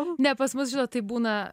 ne pas mus žinot tai būna